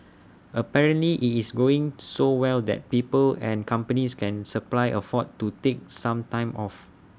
apparently IT is going so well that people and companies can supply afford to take some time off